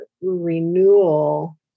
renewal